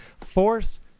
Force